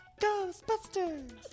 Ghostbusters